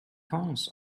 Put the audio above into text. cons